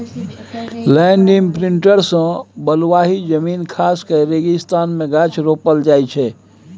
land imprinter सँ बलुआही जमीन खास कए रेगिस्तान मे गाछ रोपल जाइ छै